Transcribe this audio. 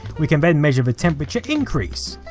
we can then measure the temperature increase.